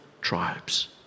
tribes